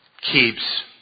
keeps